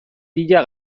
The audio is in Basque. bila